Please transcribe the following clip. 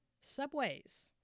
subways